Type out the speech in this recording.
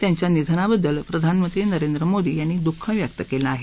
त्यांच्या निधनाबद्दल प्रधानमंत्री नरेंद्र मोदी यांनी दुःख व्यक्त केलं आहे